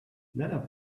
nether